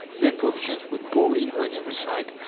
then provisions would pour in on every side.